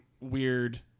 weird